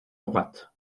droite